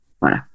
Voilà